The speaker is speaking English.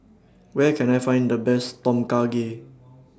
Where Can I Find The Best Tom Kha Gai